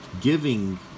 giving